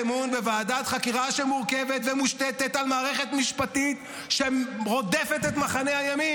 ועדת חקירה כדי לדעת שאתם אחראים?